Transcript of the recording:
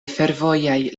fervojaj